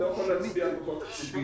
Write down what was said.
יכול להצביע על מקור תקציבי.